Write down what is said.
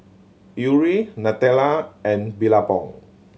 Yuri Nutella and Billabong